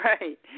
Right